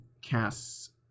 casts